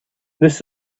this